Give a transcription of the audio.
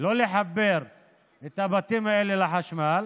שלא לחבר את הבתים האלה לחשמל,